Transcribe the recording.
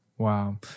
Wow